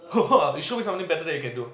eh show me something better that you can do